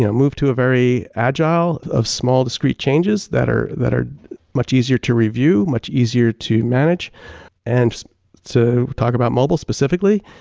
you know move to a very agile of small discrete changes that are that are much easier to review, much easier to manage and to talk about mobile specifically,